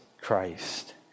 Christ